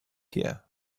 here